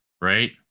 right